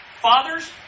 Fathers